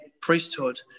priesthood